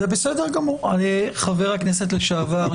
חבר הכנסת לשעבר,